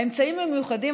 האמצעים המיוחדים,